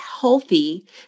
healthy